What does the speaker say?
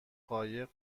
قایق